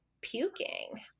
puking